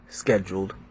scheduled